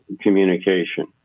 communication